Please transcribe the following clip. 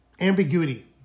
ambiguity